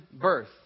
birth